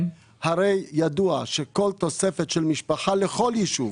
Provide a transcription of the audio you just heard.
הרי ידוע שכל תוספת של משפחה לכל ישוב,